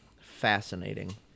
Fascinating